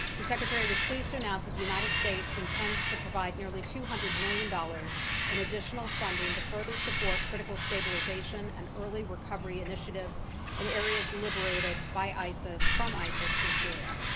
the secretary was pleased to announce that the united states intends to provide nearly two hundred million dollars in additional funding to further support critical stabilization and early recovery initiatives and areas liberated by isis from isis in syria.